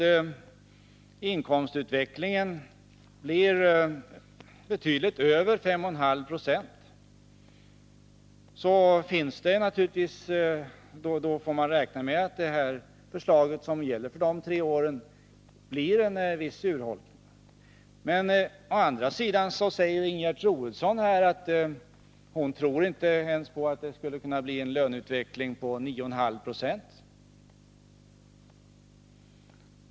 Om inkomstutvecklingen blir betydligt över 5,5 90 får man räkna med att det förslag som gäller dessa tre år blir i viss mån urholkat. Å andra sidan tror Ingegerd Troedsson inte att det skulle kunna bli en löneutveckling på 9,5 90.